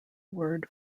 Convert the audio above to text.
word